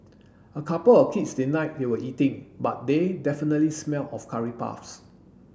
a couple of kids denied they were eating but they definitely smelled of curry puffs